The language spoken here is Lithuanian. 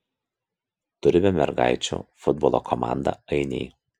turime mergaičių futbolo komandą ainiai